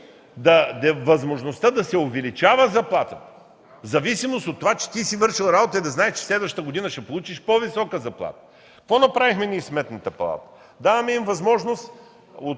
да се увеличава заплатата в зависимост от това, че ти си вършил работа и знаеш, че следващата година ще получиш по-висока заплата? Какво направихме ние със Сметната палата? Даваме им възможност от